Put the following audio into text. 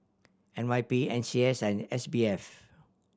N Y P N C S and S B F